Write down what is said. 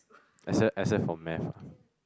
except except for math